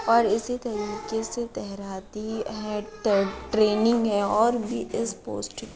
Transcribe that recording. اور اسی طریقے سے تہراتی ہے ٹریننگ ہے اور بھی اس پوسٹ